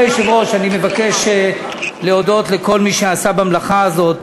אני מבקש להודות לכל מי שעשה במלאכה הזאת,